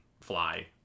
fly